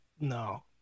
no